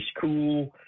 cool